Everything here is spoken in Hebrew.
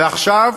ועכשיו,